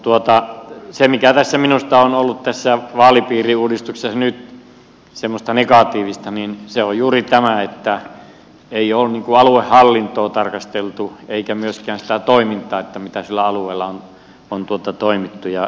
mutta se mikä minusta on ollut tässä vaalipiiriuudistuksessa semmoista negatiivista on juuri tämä että ei ole aluehallintoa tarkasteltu eikä myöskään sitä toimintaa miten sillä alueella on toimittu